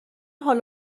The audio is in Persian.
حال